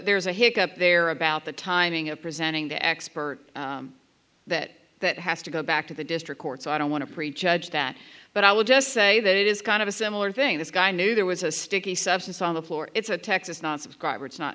there's a hick up there about the timing of presenting the expert that that has to go back to the district court so i don't want to prejudge that but i would just say that it is kind of a similar thing this guy knew there was a sticky substance on the floor it's a texas non subscribers not